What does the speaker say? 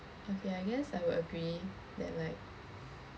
okay I guess I would agree that like